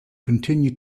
continue